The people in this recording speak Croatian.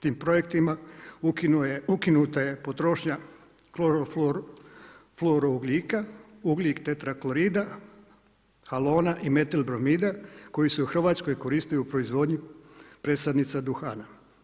Tim projektima ukinuta je potrošnja kloroflorougljika, ugljik tetraklorida, halona i metil bromida koji se u Hrvatskoj koristio u proizvodnji presadnica duhana.